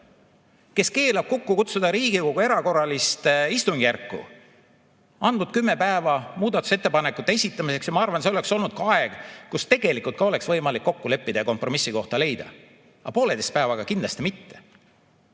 Kes keelab kokku kutsuda Riigikogu erakorralist istungjärku? Andnud 10 päeva muudatusettepanekute esitamiseks ja ma arvan, et see oleks olnud aeg, kus tegelikult ka oleks võimalik kokku leppida ja kompromissi kohta leida. Aga pooleteise päevaga kindlasti mitte.